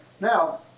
Now